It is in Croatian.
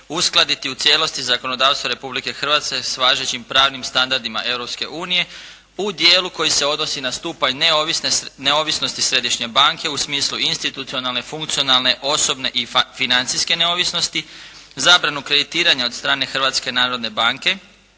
uskladiti u cijelosti zakonodavstvo Republike Hrvatske s važećim pravnim standardima Europske unije u dijelu koji se odnosi na stupanj neovisnosti središnje banke u smislu institucionalne, funkcionalne, osobne i financijske neovisnosti, zabranu kreditiranja od strane Hrvatske narodne banke,